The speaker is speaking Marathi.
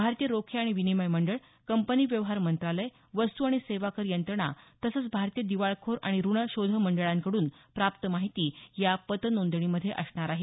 भारतीय रोखे आणि विनिमय मंडळ कंपनी व्यवहार मंत्रालय वस्तू आणि सेवा कर यंत्रणा तसंच भारतीय दिवाळखोर आणि ऋण शोधमंडळांकडून प्राप्त माहिती या पत नोंदणीमध्ये असणार आहे